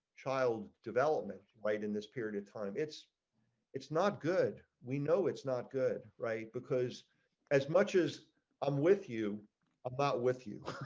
child development late in this period of time. it's it's not good, we know it's not good right because as much as i'm with you about with you